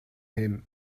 him